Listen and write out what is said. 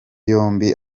yombi